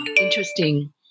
interesting